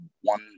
one